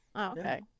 Okay